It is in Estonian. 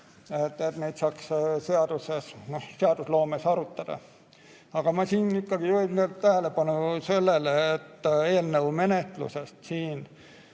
et neid saaks seadusloomes arutada. Aga ma ikkagi juhin tähelepanu sellele, et eelnõu menetlusest me